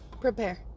prepare